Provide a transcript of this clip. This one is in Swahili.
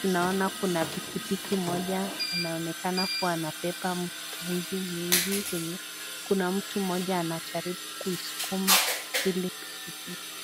tunaona kuna pikipiki moja anaonekana kuwa anabeba mtungi mingi zenye kuna mtu mmoja anajaribu kuisukuma ile pikipiki.